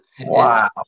Wow